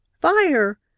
Fire